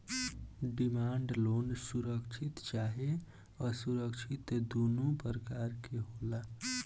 demand loan सुरक्षित चाहे असुरक्षित दुनो प्रकार के होला